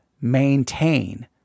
maintain